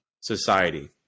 society